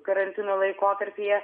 karantino laikotarpyje